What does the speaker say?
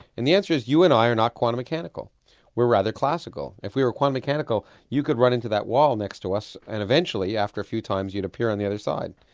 and the answer is you and i are not quantum mechanical we're rather classical. if we were quantum mechanical you could run into that wall next to us and eventually after a few times you'd appear on the other side.